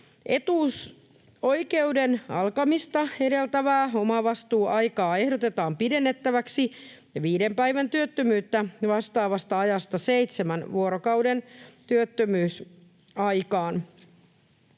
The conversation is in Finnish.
Etuusoikeuden alkamista edeltävää omavastuuaikaa ehdotetaan pidennettäväksi viiden päivän työttömyyttä vastaavasta ajasta seitsemän vuorokauden työttömyysaikaan.